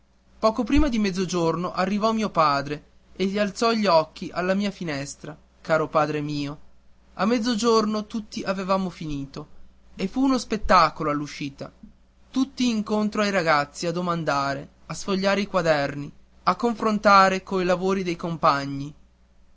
poco prima di mezzogiorno arrivò mio padre e alzò gli occhi alla mia finestra caro padre mio a mezzo giorno tutti avevamo finito e fu uno spettacolo all'uscita tutti incontro ai ragazzi a domandare a sfogliare i quaderni a confrontare coi lavori dei compagni